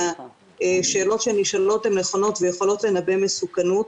שהשאלות שנשאלות הן נכונות ויכולות לנבא מסוכנות.